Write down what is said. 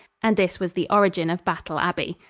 and this was the origin of battle abbey.